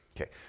Okay